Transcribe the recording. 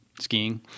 skiing